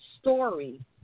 story